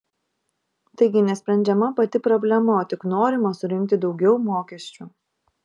taigi nesprendžiama pati problema o tik norima surinkti daugiau mokesčių